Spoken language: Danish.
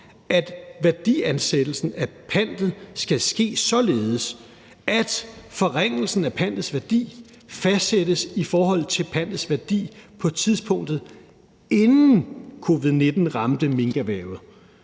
at værdiansættelsen af pantet skal ske således, at forringelsen af pantets værdi fastsættes i forhold til pantets værdi på tidspunktet, inden covid-19 ramte minkerhvervet,